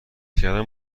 کردن